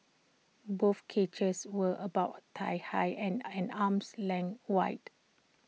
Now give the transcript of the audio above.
both cages were about thigh high and an arm's length wide